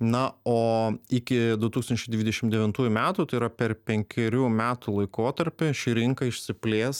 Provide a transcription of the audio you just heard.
na o iki du tūkstančiai dvidešim devintųjų metų tai yra per penkerių metų laikotarpį ši rinka išsiplės